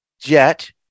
jet